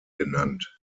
genannt